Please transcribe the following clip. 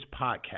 podcast